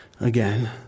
again